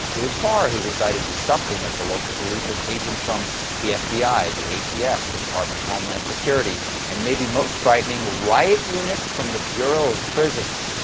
it was barr who decided to supplement the local police with agents from the f b i, the a t f, the department of homeland security and maybe most frightening riot units from the bureau of prisons.